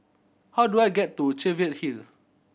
how do I get to Cheviot Hill